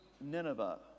Nineveh